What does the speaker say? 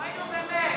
אוי, נו, באמת.